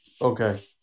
Okay